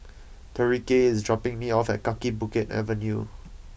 Tyreke is dropping me off at Kaki Bukit Avenue